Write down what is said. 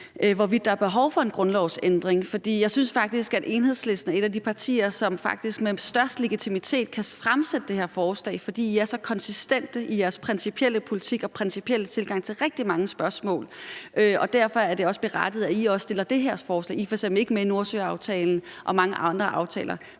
hvorvidt der er behov for en grundlovsændring. Jeg synes faktisk, at Enhedslisten er et af de partier, som med størst legitimitet kan fremsætte det her forslag, fordi I er så konsistente i jeres principielle politik og principielle tilgang til rigtig mange spørgsmål. Derfor er det også berettiget, at I også fremsætter det her forslag. I er f.eks. ikke med i Nordsøaftalen og mange andre aftaler,